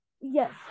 Yes